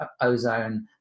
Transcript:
Ozone